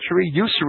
Usury